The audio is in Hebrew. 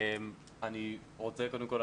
אני רוצה קודם כל,